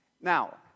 Now